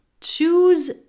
choose